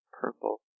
purple